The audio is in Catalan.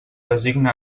designe